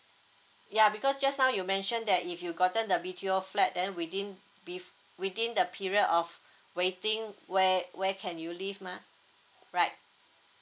ya because just now you mentioned that if you gotta the B T O flat then within beef within the period of waiting where where can you leave mah right